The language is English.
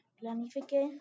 planifique